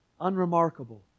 unremarkable